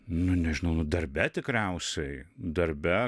nu nežinau nu darbe tikriausiai darbe